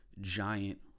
giant